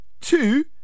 two